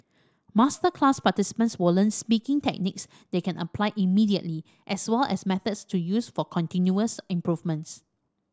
masterclass participants will learn speaking techniques they can apply immediately as well as methods to use for continuous improvement